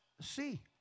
see